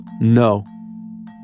No